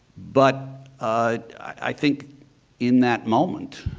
but i think in that moment,